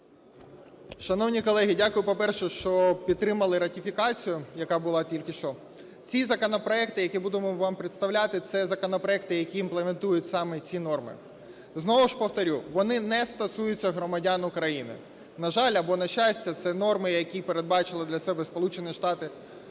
Шановні колеги, дякую, по-перше, що підтримали ратифікацію, яка була тільки що. Ці законопроекти, які будемо вам представляти, це законопроекти, які імплементують саме ці норми. Знову ж повторю: вони не стосуються громадян України. На жаль або на щастя, це норми, які передбачили для себе Сполучені Штати